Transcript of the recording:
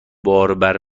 باربر